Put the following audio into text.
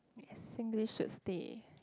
Singlish should stay